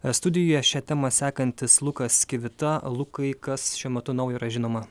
ir studijoje šią temą sekantis lukas kvita lukai kas šiuo metu naujo yra žinoma